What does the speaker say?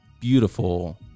beautiful